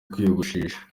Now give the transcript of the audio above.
kwiyogoshesha